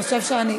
חושב שאני,